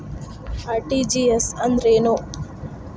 RTGS ಅಂದ್ರೇನು?